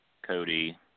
Cody